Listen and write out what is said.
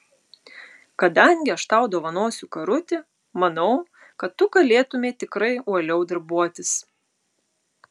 kadangi aš tau dovanosiu karutį manau kad tu galėtumei tikrai uoliau darbuotis